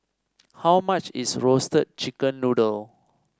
how much is Roasted Chicken Noodle